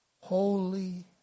Holy